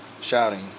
shouting